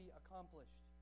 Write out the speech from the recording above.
accomplished